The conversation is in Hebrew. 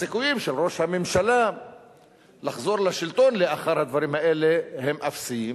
הסיכויים של ראש הממשלה לחזור לשלטון לאחר הדברים האלה הם אפסיים.